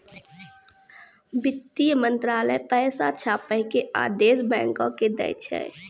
वित्त मंत्रालय पैसा छापै के आदेश बैंको के दै छै